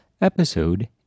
Episode